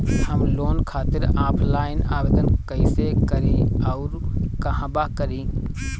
हम लोन खातिर ऑफलाइन आवेदन कइसे करि अउर कहवा करी?